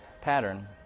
pattern